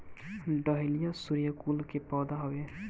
dahlia सूर्यकुल के पौधा हवे